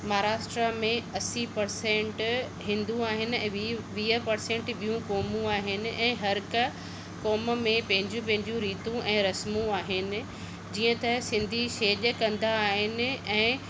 महाराष्ट्र में असी परसेन्ट हिंदू आहिनि ऐं ही वीह परसेन्ट ॿियूं क़ौमूं आहिनि ऐं हर हिक क़ौम में पंहिंजूं पंहिंजूं रीतियूं ऐं रस्मूं आहिनि जीअं त सिंधी छेॼ कंदा आहिनि ऐं